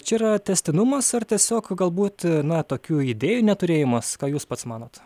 čia yra tęstinumas ar tiesiog galbūt na tokių idėjų neturėjimas ką jūs pats manot